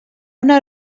una